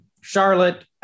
Charlotte